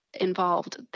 involved